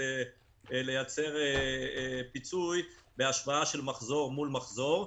לייצר פיצוי בהשוואה של מחזור מול מחזור.